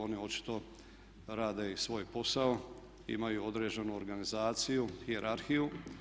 Oni očito rade svoj posao, imaju određenu organizaciju, hijerarhiju.